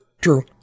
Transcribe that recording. True